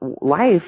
life